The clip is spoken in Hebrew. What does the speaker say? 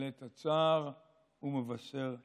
הצער ומבשר חולי.